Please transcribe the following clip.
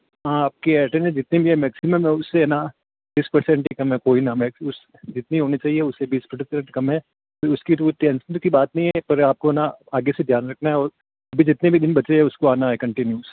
हाँ आपकी अटेंडेंस जितनी भी है मैक्सिमम उससे ना बीस पर्सेंट ही कम है कोई ना हमें जितनी होने चाहिए उससे बीस पर्सेंट कम है फिर उसकी टेन्सन की बात नहीं है पर आपको ना आगे से ध्यान रखना है और अभी जितने भी दिन बचे हैं उसको आना है कन्टिन्यू